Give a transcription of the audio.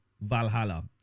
Valhalla